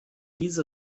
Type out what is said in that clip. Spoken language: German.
diese